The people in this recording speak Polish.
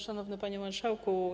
Szanowny Panie Marszałku!